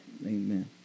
Amen